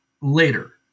later